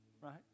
right